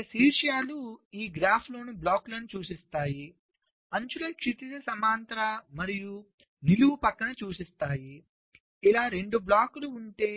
ఇక్కడ శీర్షాలు ఈ గ్రాఫ్లోని బ్లాక్లను సూచిస్తాయి అంచులు క్షితిజ సమాంతర మరియు నిలువు ప్రక్కన సూచిస్తాయి ఇలా 2 బ్లాక్లు ఉంటే